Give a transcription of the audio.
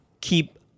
keep